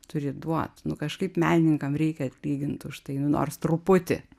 turi duot nu kažkaip menininkam reikia atlygint už tai nors truputį